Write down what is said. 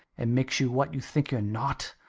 and makes you what you think you're not?